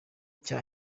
cya